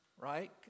right